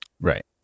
Right